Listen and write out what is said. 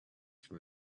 from